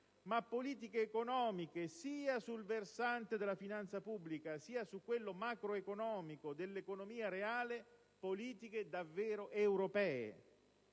ma politiche economiche sia sul versante della finanza pubblica sia su quello macroeconomico dell'economia reale, politiche davvero europee.